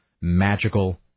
magical